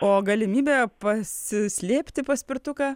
o galimybė pasislėpti paspirtuką